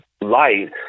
light